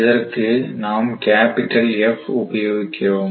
இதற்கு நாம் capital F உபயோகிக்கிறோம்